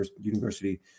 University